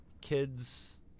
kids